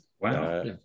wow